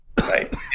Right